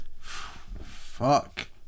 Fuck